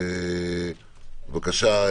בבקשה,